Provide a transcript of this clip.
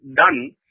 done